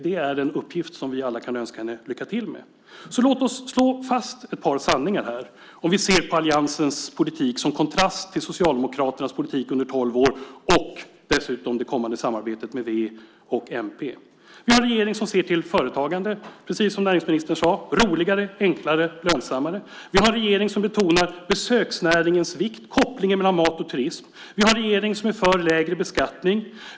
Det är en uppgift som vi alla kan önska henne lycka till med. Låt oss slå fast ett par sanningar här, om vi ser på alliansens politik som kontrast till Socialdemokraternas politik under tolv år och dessutom det kommande samarbetet med v och mp. Vi har en regering som ser till företagande, precis som näringsministern sade: roligare, enklare och lönsammare. Vi har en regering som betonar besöksnäringens vikt och kopplingen mellan mat och turism. Vi har en regering som är för lägre beskattning.